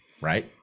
Right